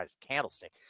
Candlestick